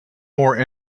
more